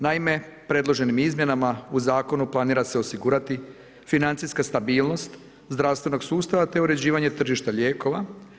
Naime, predloženim izmjenama u zakonu planira se osigurati financijska stabilnost zdravstvenog sustava te uređivanje tržišta lijekova.